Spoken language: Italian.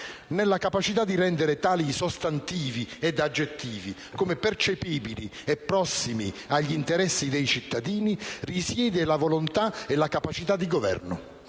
Nella capacità di rendere tali sostantivi ed aggettivi come percepibili, e prossimi agli interessi dei cittadini, risiedono la volontà e la capacità di Governo.